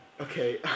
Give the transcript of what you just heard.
Okay